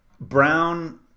Brown